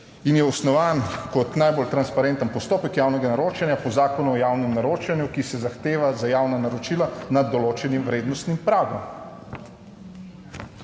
in je osnovan kot najbolj transparenten postopek javnega naročanja po Zakonu o javnem naročanju, ki se zahteva za javna naročila nad določenim vrednostnim pragom.